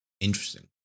Interesting